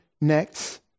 next